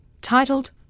titled